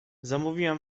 zamówiłam